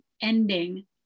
ending